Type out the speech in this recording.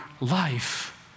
life